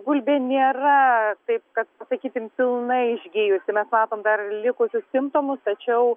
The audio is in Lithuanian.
gulbė nėra taip kad sakysim pilnai išgijusi mes matom dar likusius simptomus tačiau